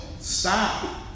Stop